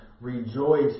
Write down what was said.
rejoice